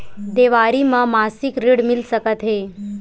देवारी म मासिक ऋण मिल सकत हे?